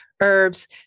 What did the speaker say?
herbs